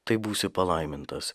tai būsi palaimintas